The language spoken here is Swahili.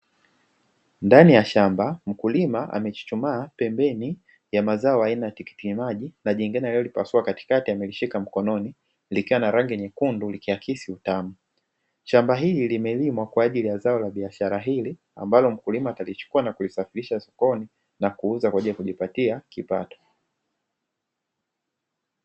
Ndani ya shamba mkulima amechuchumaa pembeni ya mazao aina ya tikiti maji, najingine alilolipasua katikati amelishika mkononi, likiwa na rangi nyekundu likiakisi utamu. Shamba hili limelimwa kwa ajili ya zao la biashara hili, ambalo mkulima atalichukua na kulisafirisha sokoni na kuuza kwa ajili ya kujipatia kipato.